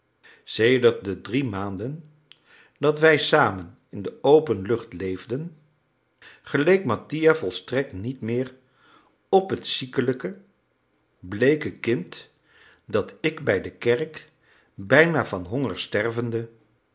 sedert de drie maanden dat wij samen in de open lucht leefden geleek mattia volstrekt niet meer op het ziekelijke bleeke kind dat ik bij de kerk bijna van honger stervende